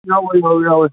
ꯌꯥꯎꯋꯦ ꯌꯥꯎꯋꯦ ꯌꯥꯎꯋꯦ